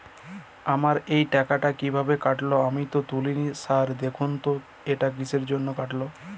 আমার এই টাকাটা কীভাবে কাটল আমি তো তুলিনি স্যার দেখুন তো এটা কিসের জন্য কাটল?